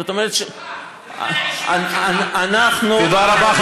תודה רבה,